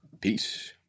Peace